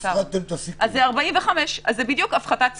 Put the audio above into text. זה הפחתת סיכונים.